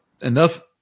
enough